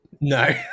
No